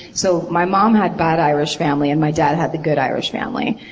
so my mom had bad irish family and my dad had the good irish family.